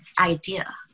idea